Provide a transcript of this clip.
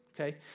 Okay